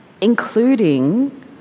including